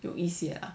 有一些